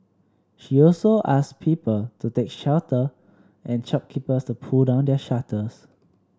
she also asked people to take shelter and shopkeepers to pull down their shutters